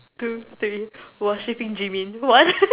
two three worshipping Jimin what